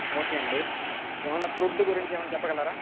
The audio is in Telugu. ఓకే అండి ఏమన్న ఫుడ్ గురించి ఏమన్న చెప్పగలరా